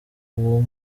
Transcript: uwo